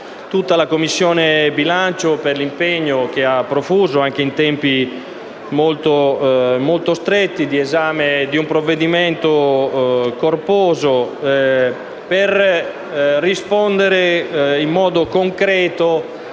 tutta la Commissione bilancio per l'impegno profuso, anche in tempi molto stretti, nell'esame di un provvedimento corposo, che risponde in modo concreto